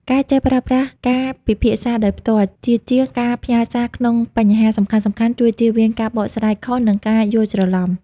ការចេះប្រើប្រាស់ "ការពិភាក្សាដោយផ្ទាល់" ជាជាងការផ្ញើសារក្នុងបញ្ហាសំខាន់ៗ ជួយជៀសវាងការបកស្រាយខុស និងការយល់ច្រឡំ។